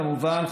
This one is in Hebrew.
כמובן,